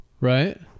Right